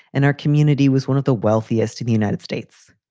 and our community was one of the wealthiest of the united states.